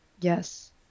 Yes